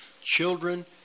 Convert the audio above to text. children